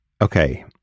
okay